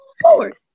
forward